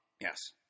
Yes